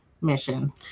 mission